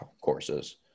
courses